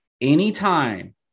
anytime